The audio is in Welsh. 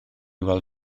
weld